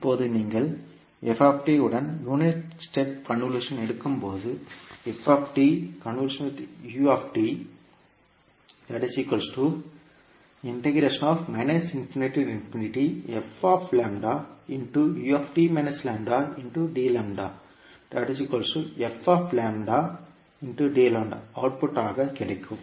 இப்போது நீங்கள் f உடன் யூனிட் ஸ்டெப் கன்வொல்யூஷன் எடுக்கும்போது அவுட்புட் ஆக கிடைக்கும்